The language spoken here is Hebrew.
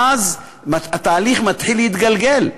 ואז התהליך מתחיל להתגלגל.